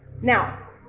Now